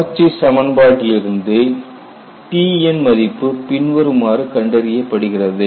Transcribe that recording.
காட்சி சமன்பாட்டில் இருந்து Tn மதிப்பு பின்வருமாறு கண்டறியப்படுகிறது